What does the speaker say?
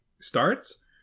starts